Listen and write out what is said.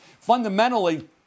Fundamentally